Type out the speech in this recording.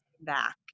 back